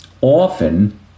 often